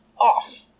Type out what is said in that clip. off